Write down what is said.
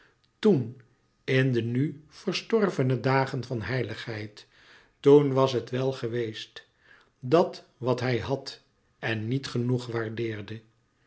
toen in de nu verstorvene dagen van heiligheid toen was het wel geweest dat wat hij had en niet genoeg waardeerde